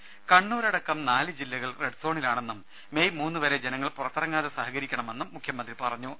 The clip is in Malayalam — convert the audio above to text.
രുദ കണ്ണൂർ അടക്കം നാലു ജില്ലകൾ റെഡ് സോണിലാണെന്നും മേയ് മൂന്നു വരെ ജനങ്ങൾ പുറത്തിറങ്ങാതെ സഹകരിക്കണമെന്നും മുഖ്യമന്ത്രി പറഞ്ഞു